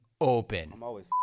open